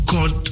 God